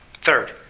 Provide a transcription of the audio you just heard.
Third